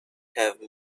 have